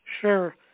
Sure